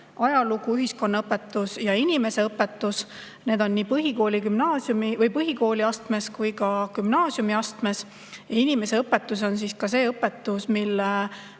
ajalugu, ühiskonnaõpetus ja inimeseõpetus. Need on nii põhikooliastmes kui ka gümnaasiumiastmes. Inimeseõpetus on see õpetus, mille